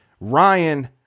Ryan